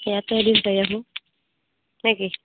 ইয়াতে এদিন যাই আহোঁ নেকি